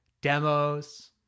Demos